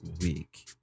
week